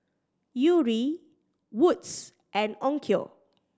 Yuri Wood's and Onkyo